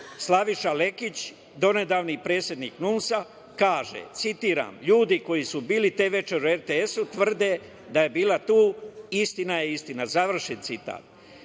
Slaviša Lekić, donedavni predsednik NUNS-a kaže, citiram: „Ljudi koji su bili te večeri u RTS-u tvrde da je bila tu, istina je istina“, završen citat.